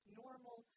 normal